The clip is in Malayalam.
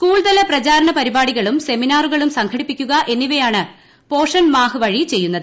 സ്കൂൾതല പ്രചാരണ പരിപാടികളും സെമിനാറുകളും സംഘടിപ്പിക്കുക എന്നിവയാണ് പോഷൺ മാഹ് വഴി ചെയ്യുന്നത്